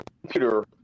computer